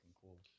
cool